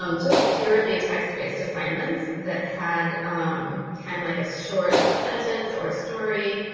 um just purely text-based assignments that had kind of like a short sentence or a story,